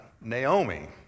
Naomi